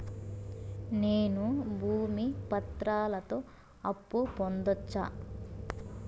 నేను భూమి పత్రాలతో అప్పు పొందొచ్చా?